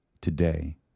today